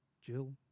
Jill